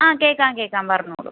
ആ കേൾക്കാം കേൾക്കാം പറഞ്ഞോളൂ